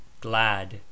Glad